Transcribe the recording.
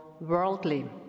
worldly